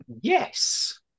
Yes